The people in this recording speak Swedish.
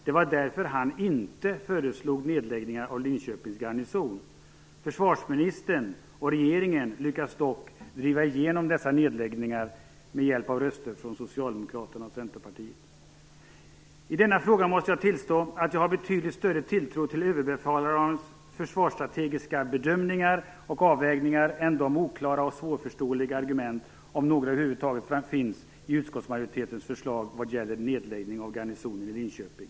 Det var därför han inte föreslog nedläggning av Linköpings garnison. Försvarsministern och regeringen lyckas dock driva igenom dessa nedläggningar med hjälp av röster från socialdemokrater och Centerpartiet. I denna fråga måste jag tillstå att jag har betydligt större tilltro till överbefälhavarens försvarsstrategiska bedömningar och avvägningar än de oklara och svårförståeliga argument, om några över huvud taget finns, i utskottsmajoritetens förslag vad gäller nedläggningen av garnisonen i Linköping.